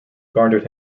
garnered